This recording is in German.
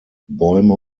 bäume